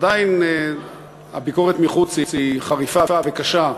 עדיין הביקורת מחוץ היא חריפה וקשה.